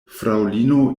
fraŭlino